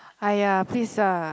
!aiya! please lah